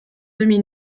demi